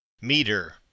Meter